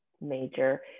major